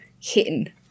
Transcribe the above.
hidden